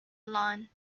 lawn